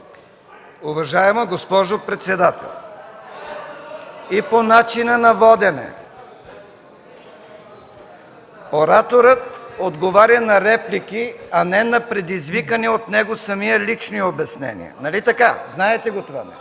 Уважаема госпожо председател, и по начина на водене. Ораторът отговаря на реплики, а не на предизвикани от него самия лични обяснения. Нали така? Знаете го това?!